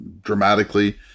dramatically